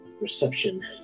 reception